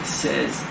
says